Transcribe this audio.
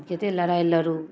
आब कते लड़ाइ लडू